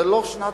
זה לא שנת